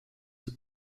von